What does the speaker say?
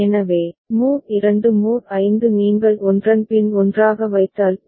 எனவே mode 2 mode 5 நீங்கள் ஒன்றன் பின் ஒன்றாக வைத்தால் பி